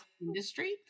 industry